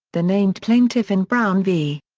the named plaintiff in brown v.